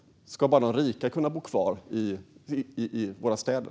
Ska bara de rika kunna bo kvar i våra städer?